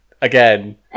Again